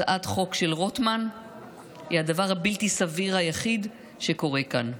הצעת חוק של רוטמן היא הדבר הבלתי-סביר היחיד שקורה כאן.